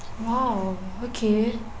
!wow! okay